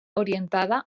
orientada